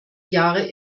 jahre